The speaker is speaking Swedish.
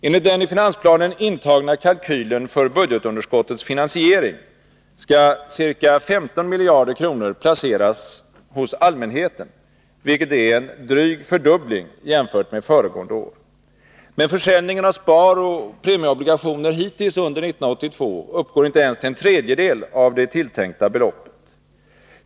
Enligt den i finansplanen intagna kalkylen för budgetunderskottets finansiering skall ca 15 miljarder kronor placeras hos allmänheten, vilket är en dryg fördubbling jämfört med föregående år. Men försäljningen av sparoch premieobligationer hittills under 1982 uppgår inte ens till en tredjedel av det tilltänkta beloppet.